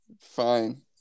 fine